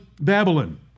Babylon